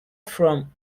from